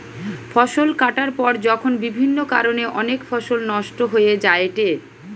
ফসল কাটার পর যখন বিভিন্ন কারণে অনেক ফসল নষ্ট হয়ে যায়েটে